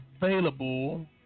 available